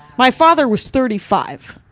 my father was thirty five,